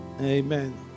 amen